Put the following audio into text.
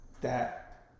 that-